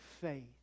faith